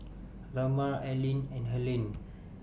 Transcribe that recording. Lamar Aline and Helaine